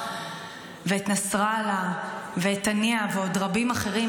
ואת נסראללה ואת הנייה ועוד רבים אחרים,